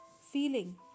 feeling